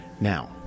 Now